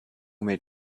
may